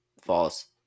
false